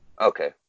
Okay